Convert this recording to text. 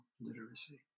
literacy